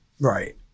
right